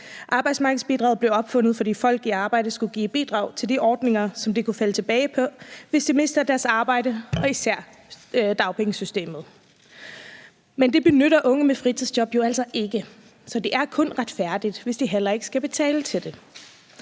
Arbejdsmarkedsbidraget blev opfundet, fordi folk i arbejde skulle give et bidrag til de ordninger, som de kunne falde tilbage på, hvis de mister deres arbejde, og især dagpengesystemet. Men det benytter unge med fritidsjob jo altså ikke, så det er kun retfærdigt, hvis de heller ikke skal betale til det.